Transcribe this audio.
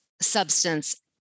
substance